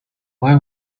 why